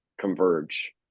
converge